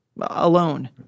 alone